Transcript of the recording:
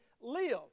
live